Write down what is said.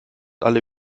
alle